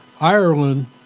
Ireland